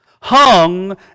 hung